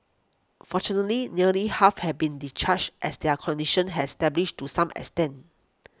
fortunately nearly half have been discharged as their condition have stabilised to some extent